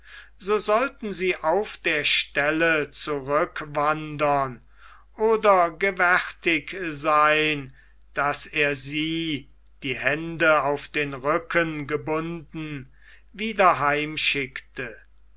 so sollten sie auf der stelle zurückwandern oder gewärtig sein daß er sie die hände auf den rücken gebunden wieder